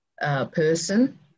person